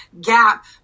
gap